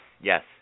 yes